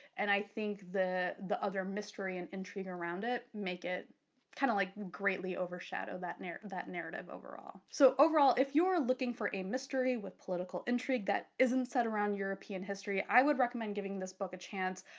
and i think the the other mystery and intrigue around it, make it kind of like greatly overshadow that narrative that narrative overall. so overall if you're looking for a mystery with political intrigue that isn't set around european history, i would recommend giving this book a chance.